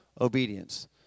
obedience